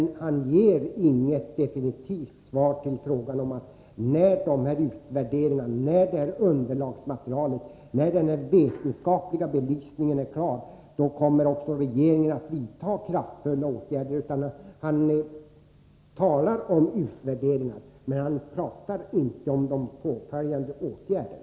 Tyvärr ger han inget definitivt svar på frågan om regeringen när utvärderingarna, underlagsmaterialet och den vetenskapliga belysningen är klara kommer att vidta kraftfulla åtgärder. Han talar om utvärderingar, men inte om de påföljande åtgärderna.